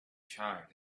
charred